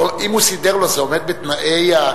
אם הוא סידר לו, זה עומד בתנאי התקציב.